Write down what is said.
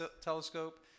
Telescope